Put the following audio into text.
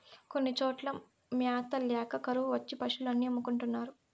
కొన్ని చోట్ల మ్యాత ల్యాక కరువు వచ్చి పశులు అన్ని అమ్ముకుంటున్నారు